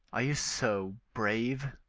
are you so brave?